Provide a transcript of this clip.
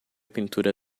pintura